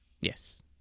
Yes